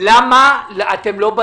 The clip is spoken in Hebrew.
למה אתם,